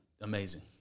Amazing